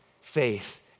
faith